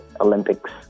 Olympics